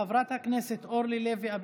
חברת הכנסת אורלי לוי אבקסיס,